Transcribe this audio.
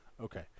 Okay